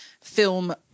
film